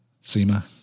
SEMA